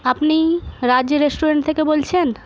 আপনি রাজ রেস্টুরেন্ট থেকে বলছেন